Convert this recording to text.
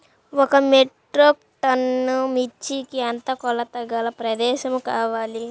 ఒక metric ton మిర్చికి ఎంత కొలతగల ప్రదేశము కావాలీ?